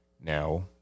Now